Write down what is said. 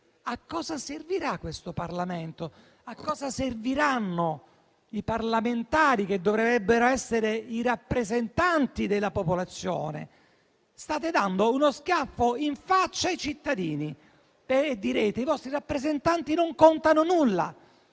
A cosa servirà questo Parlamento? A cosa serviranno i parlamentari che dovrebbero essere i rappresentanti della popolazione? State dando uno schiaffo in faccia ai cittadini e direte che i loro rappresentanti non contano nulla.